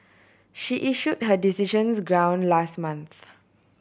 she issued her decisions ground last month